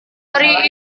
hari